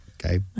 Okay